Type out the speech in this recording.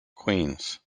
queens